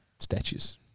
statues